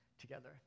together